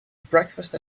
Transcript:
breakfast